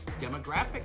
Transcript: demographic